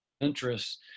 interests